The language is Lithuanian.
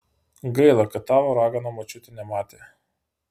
gaila kad tavo ragana močiutė nematė